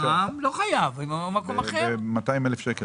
אני לא מספיק בקיא בהיסטוריה,